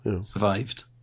Survived